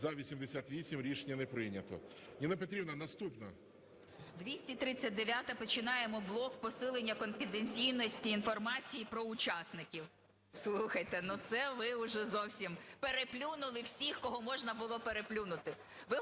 За-88 Рішення не прийнято. Ніна Петрівна, наступна. 14:10:07 ЮЖАНІНА Н.П. 239-а. Починаємо блок посилення конфіденційності інформації про учасників. Слухайте, ну, це ви уже зовсім переплюнули всіх, кого можна було переплюнути!